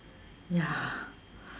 ya